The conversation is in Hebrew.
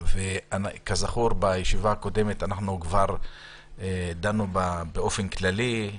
כזכור בישיבה הקודמת כבר דנו באופן כללי,